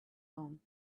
own